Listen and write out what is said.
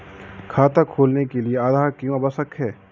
खाता खोलने के लिए आधार क्यो आवश्यक है?